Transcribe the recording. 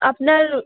আপনার